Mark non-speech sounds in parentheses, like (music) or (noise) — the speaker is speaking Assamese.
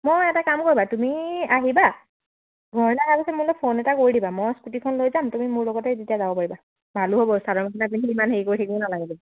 মই এটা কাম কৰিবা তুমি আহিবা ঘৰলৈ আহি মোলৈ ফোন এটা কৰি দিবা মই স্কুটিখন লৈ যাম তুমি মোৰ লগতেই যেতিয়া যাব পাৰিবা ভালো হ'ব চাদৰ মেখেলা পিন্ধি ইমান হেৰি কৰি থাকিব নালাগে (unintelligible)